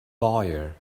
lawyer